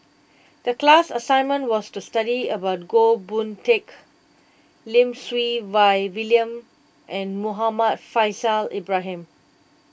the class assignment was to study about Goh Boon Teck Lim Siew Wai William and Muhammad Faishal Ibrahim